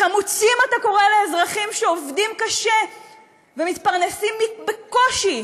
חמוצים אתה קורא לאזרחים שעובדים קשה ומתפרנסים בקושי,